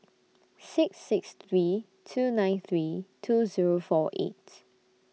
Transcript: six six three two nine three two Zero four eight